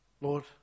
Lord